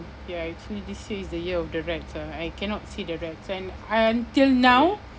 ya actually this is the year of the rats ah I cannot see the rats and I until now